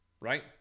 Right